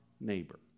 neighbor